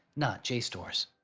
not jstor's